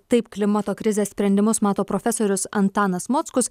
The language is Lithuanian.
taip klimato krizės sprendimus mato profesorius antanas mockus